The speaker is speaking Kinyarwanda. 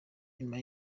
nyuma